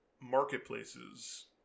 marketplaces